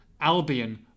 Albion